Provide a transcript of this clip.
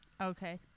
Okay